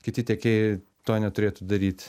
kiti tiekėjai to neturėtų daryt